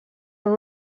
són